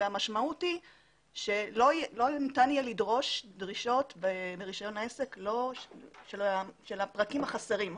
המשמעות היא שלא ניתן יהיה לדרוש דרישות ברישיון עסק של הפרקים החסרים,